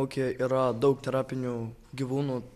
ūkyje yra daug terapinių gyvūnų